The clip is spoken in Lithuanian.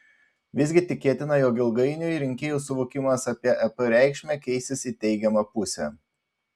visgi tikėtina jog ilgainiui rinkėjų suvokimas apie ep reikšmę keisis į teigiamą pusę